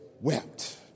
wept